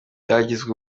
byagizwe